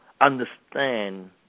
understand